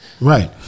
Right